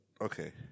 Okay